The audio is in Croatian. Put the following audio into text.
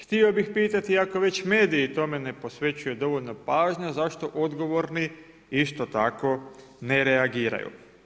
Htio bih pitati iako već mediji tome ne posvećuju dovoljno pažnje, zašto odgovorni isto tako ne reagiraju.